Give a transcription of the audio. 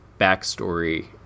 backstory